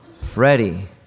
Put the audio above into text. Freddie